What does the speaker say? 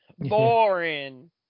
Boring